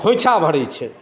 खोइँछा भरै छै